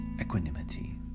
equanimity